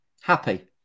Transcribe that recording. happy